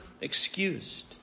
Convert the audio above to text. excused